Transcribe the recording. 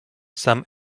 some